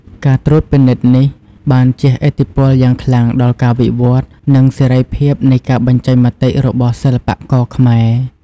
ការត្រួតពិនិត្យនេះបានជះឥទ្ធិពលយ៉ាងខ្លាំងដល់ការវិវត្តន៍ និងសេរីភាពនៃការបញ្ចេញមតិរបស់សិល្បករខ្មែរ។